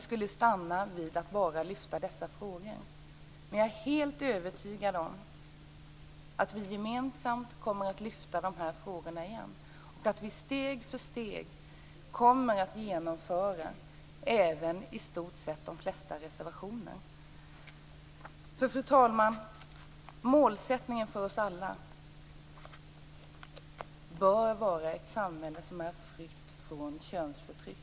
Jag är helt övertygad om att vi gemensamt kommer att lyfta de här frågorna igen och om att vi steg för steg kommer att genomföra vad som står i stort sett i flertalet reservationer. Fru talman! Målsättningen för oss alla bör vara ett samhälle fritt från könsförtryck!